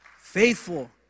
Faithful